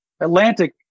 Atlantic